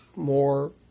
more